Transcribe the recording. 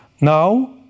Now